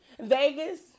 Vegas